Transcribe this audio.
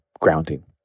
grounding